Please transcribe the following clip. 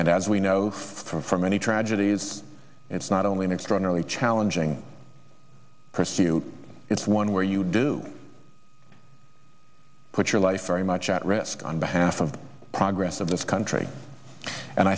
and as we know from many tragedies it's not only an extraordinary challenging pursuit it's one where you do put your life very much at risk on behalf of the progress of this country and